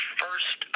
first